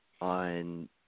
on